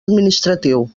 administratiu